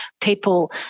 people